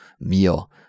meal